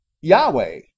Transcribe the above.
Yahweh